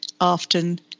often